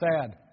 Sad